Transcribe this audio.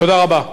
תודה רבה.